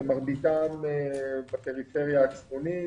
ומרביתם בפריפריה הצפונית,